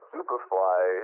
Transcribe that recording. Superfly